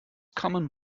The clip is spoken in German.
common